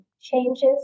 changes